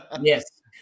Yes